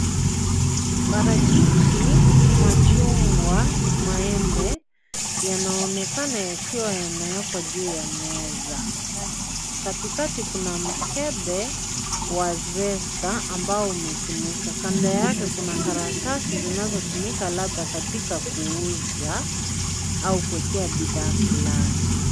Parachichi, machungwa na maembe yanaonekana yakiwa yameekwa juu ya meza. Katikati kuna mkebe wa (CS)zesta(CS)ambao umetumika, Kando yake kuna karatasi zinazotumika labda katika kuuza au kuekea bidhaa fulani.